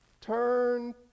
turn